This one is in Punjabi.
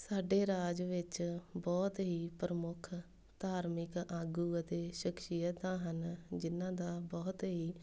ਸਾਡੇ ਰਾਜ ਵਿੱਚ ਬਹੁਤ ਹੀ ਪ੍ਰਮੁੱਖ ਧਾਰਮਿਕ ਆਗੂ ਅਤੇ ਸ਼ਖਸੀਅਤਾਂ ਹਨ ਜਿਨ੍ਹਾਂ ਦਾ ਬਹੁਤ ਹੀ